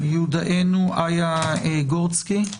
איה גורצקי,